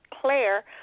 Claire